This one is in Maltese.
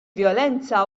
vjolenza